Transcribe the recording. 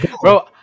bro